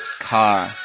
car